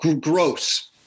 Gross